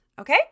Okay